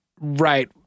right